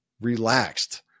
relaxed